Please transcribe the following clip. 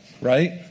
Right